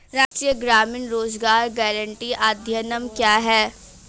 राष्ट्रीय ग्रामीण रोज़गार गारंटी अधिनियम क्या है?